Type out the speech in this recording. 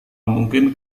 mungkin